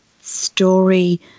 story